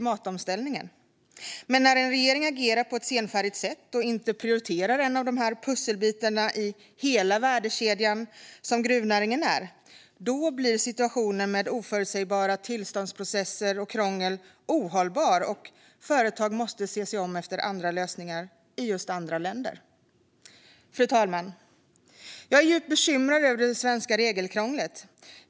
Men när en regering agerar på ett senfärdigt sätt och inte prioriterar den viktiga länk i värdekedjan som gruvnäringen är blir situationen med oförutsägbara tillståndsprocesser och krångel ohållbar, och företag måste se sig om efter andra lösningar i andra länder. Fru talman! Jag är djupt bekymrad över det svenska regelkrånglet.